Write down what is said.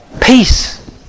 Peace